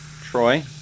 Troy